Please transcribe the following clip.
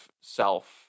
self